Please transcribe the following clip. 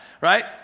right